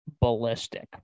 ballistic